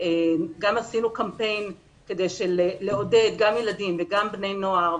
גם עשינו קמפיין כדי לעודד גם ילדים וגם בני נוער,